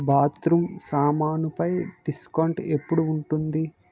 bathroom సామాను పై discount ఎప్పుడు ఉంటుంది